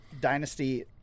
Dynasty